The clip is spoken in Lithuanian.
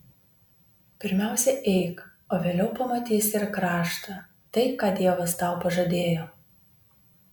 pirmiausia eik o vėliau pamatysi ir kraštą tai ką dievas tau pažadėjo